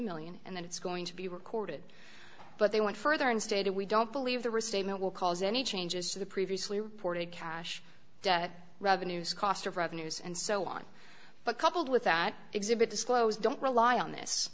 million and then it's going to be recorded but they went further and stated we don't believe the restatement will cause any changes to the previously reported cash revenues cost of revenues and so on but coupled with that exhibit disclosed don't rely on this